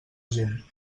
gent